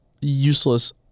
useless